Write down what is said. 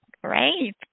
Great